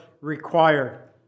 required